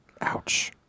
Ouch